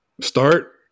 start